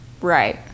Right